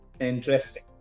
Interesting